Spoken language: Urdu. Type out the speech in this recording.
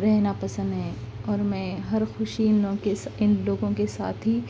رہنا پسند ہے اور میں ہر خوشی اِن لوگوں کے سا اِن لوگوں کے ساتھ ہی